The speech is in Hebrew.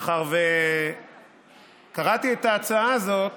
מאחר שקראתי את ההצעה הזאת